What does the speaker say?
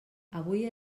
avui